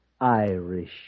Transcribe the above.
Irish